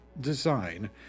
design